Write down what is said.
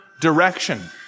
direction